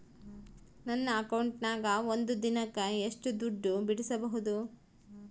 ನನ್ನ ಅಕೌಂಟಿನ್ಯಾಗ ಒಂದು ದಿನಕ್ಕ ಎಷ್ಟು ದುಡ್ಡು ಬಿಡಿಸಬಹುದು?